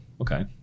okay